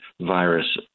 virus